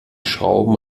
schrauben